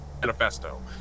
manifesto